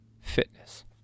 fitness